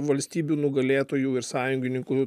valstybių nugalėtojų ir sąjungininkų